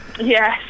yes